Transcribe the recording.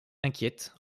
inquiètes